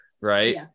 right